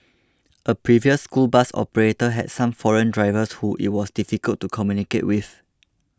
a previous school bus operator had some foreign drivers who it was difficult to communicate with